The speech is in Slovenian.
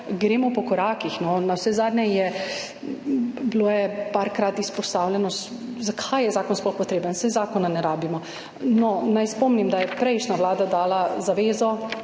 Gremo po korakih, no. Navsezadnje je bilo nekajkrat izpostavljeno, zakaj je zakon sploh potreben, saj zakona ne rabimo. Naj spomnim, da je prejšnja vlada dala zavezo,